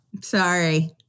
Sorry